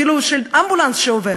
אפילו של אמבולנס שעובר,